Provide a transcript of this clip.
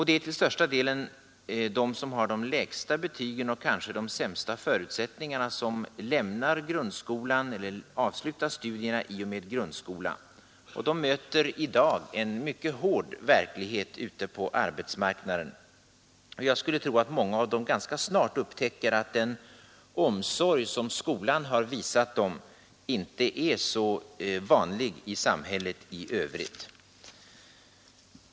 Det är till största delen de som har de lägsta betygen och kanske de sämsta förutsättningarna som avslutar studierna i och med grundskolan. De möter i dag en mycket hård verklighet ute på arbetsmarknaden. Jag skulle tro att många av dem ganska snart upptäcker att den omsorg som skolan har visat dem inte är lika vanlig i samhället i övrigt.